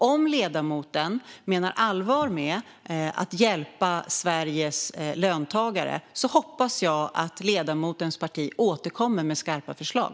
Om ledamoten menar allvar med att hjälpa Sveriges löntagare hoppas jag att ledamotens parti återkommer med skarpa förslag.